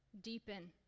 deepen